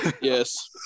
Yes